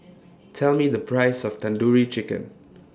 Tell Me The Price of Tandoori Chicken